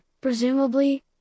presumably